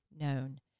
known